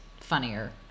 funnier